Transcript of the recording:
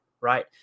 Right